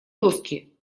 доски